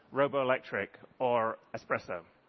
robo electric or espresso.